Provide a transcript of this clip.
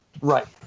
Right